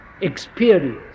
experience